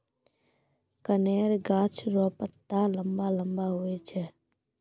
कनेर गाछ रो पत्ता लम्बा लम्बा हुवै छै